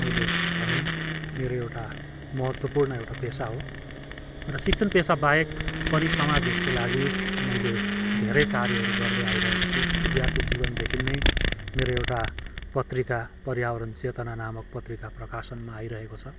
मैले भनेँ मेरो एउटा महत्त्वपूर्ण एउटा पेसा हो र शिक्षण पेसाबाहेक पनि समाज हितको लागि मैले धेरै कार्यहरू गर्दै आइरहेको छु विद्यार्थी जीवनदेखि नै मेरो एउटा पत्रिका पर्यावरण चेतना नामक पत्रिका प्रकाशनमा आइरहेको छ